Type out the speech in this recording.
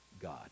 God